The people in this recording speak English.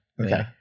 Okay